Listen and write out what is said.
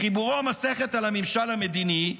בחיבורו "מסכת על הממשל המדיני"